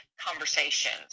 conversations